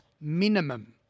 minimum